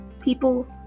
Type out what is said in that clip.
people